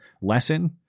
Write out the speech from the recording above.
lesson